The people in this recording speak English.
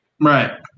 Right